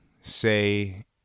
say